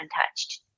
untouched